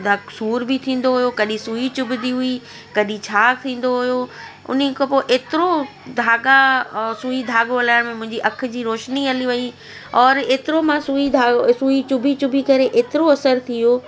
सूर बि थींदो हुओ कॾहिं सुई चुभंदी हुई कॾहिं छा थींदो हुओ उन्हीअ खां पोइ एतिरो धाॻा सुई धाॻो हलाइण में मुंहिंजी अखि जी रोशिनी हली वेई और एतिरो मां सुई धाॻो सुई चुभी चुभी करे एतिरो असरु थी वियो